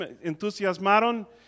entusiasmaron